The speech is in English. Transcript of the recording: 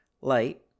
Light